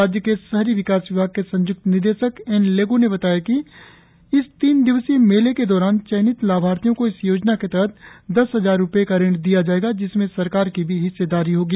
राज्य के शहरी विकास विभाग के संयुक्त निदेशक एनलेगो ने बताया कि इस तीन दिवसीय मेले के दौरान चयनित लाभार्थियों को इस योजना के तहत दस हजार रुपये का ऋण दिया जाएगा जिसमें सरकार की भी हिस्सेदारी होगी